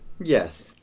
Yes